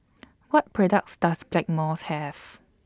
What products Does Blackmores Have